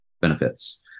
benefits